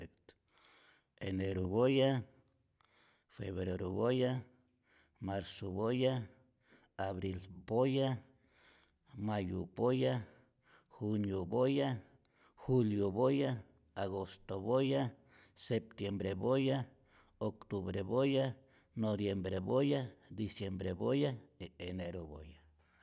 Eneru boya febreru boya marzu boya abril poya mayo poya junio boya julio boya agosto boya septiembre boya octubre boya nodiembre boya diciembre boya e' eneru boya